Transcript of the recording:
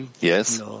Yes